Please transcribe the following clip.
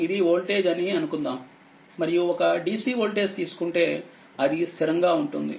ఇదివోల్టేజ్అని అనుకుందాం మరియు ఒక DC వోల్టేజ్ తీసుకుంటే అది స్థిరంగా ఉంటుంది